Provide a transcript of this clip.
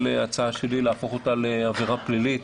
הצעה שלי להפוך אותה לעבירה פלילית,